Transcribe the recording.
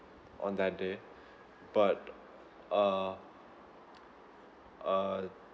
on that day but err err